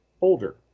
older